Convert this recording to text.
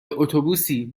اتوبوسی